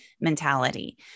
mentality